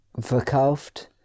verkauft